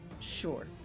Sure